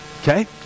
okay